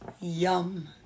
Yum